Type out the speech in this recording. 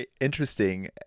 interesting